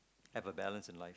have a balance in life